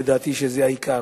שהם לדעתי העיקר,